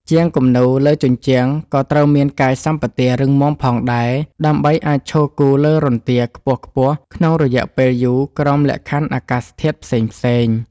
ជាងគំនូរលើជញ្ជាំងក៏ត្រូវមានកាយសម្បទារឹងមាំផងដែរ ដើម្បីអាចឈរគូរលើរន្ទាខ្ពស់ៗក្នុងរយៈពេលយូរក្រោមលក្ខខណ្ឌអាកាសធាតុផ្សេងៗ។